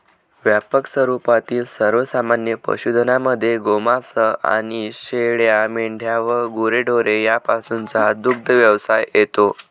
व्यापक स्वरूपातील सर्वमान्य पशुधनामध्ये गोमांस आणि शेळ्या, मेंढ्या व गुरेढोरे यापासूनचा दुग्धव्यवसाय येतो